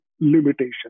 limitation